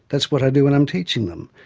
that's what i do when i'm teaching them,